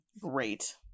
Great